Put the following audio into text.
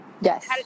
Yes